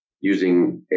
using